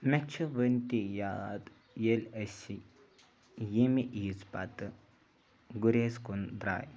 مےٚ چھِ وٕنۍ تہِ یاد ییٚلہِ اَسہِ ییٚمہِ عیٖذ پَتہٕ گُریز کُن درٛاے